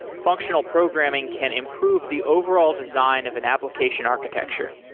functional programming can improve the overall design of an application architecture.